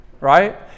right